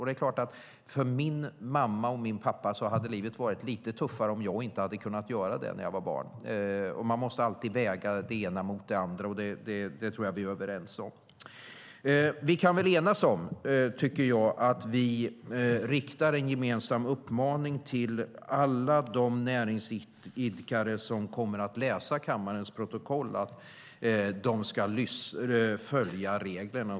Det är klart att för min mamma och min pappa hade livet varit lite tuffare om jag inte hade kunnat göra det när jag var barn. Man måste alltid väga det ena mot det andra. Det tror jag att vi är överens om. Vi kan väl enas om att rikta en gemensam uppmaning till alla de näringsidkare som kommer att läsa kammarens protokoll att de ska följa reglerna.